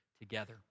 together